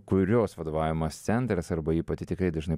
kurios vadovaujamas centras arba ji pati tikrai dažnai